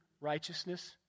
righteousness